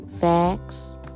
Facts